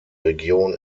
region